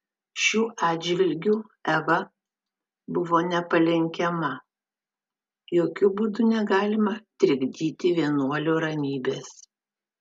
šiuo atžvilgiu eva buvo nepalenkiama jokiu būdu negalima trikdyti vienuolių ramybės